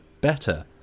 better